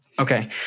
Okay